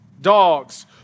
dogs